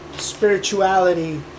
Spirituality